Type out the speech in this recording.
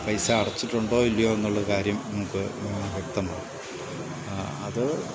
പൈസ അടച്ചിട്ടുണ്ടോ ഇല്ലയോ എന്നുള്ള കാര്യം നമുക്ക് വ്യക്തമാവും അത്